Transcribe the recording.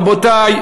רבותי,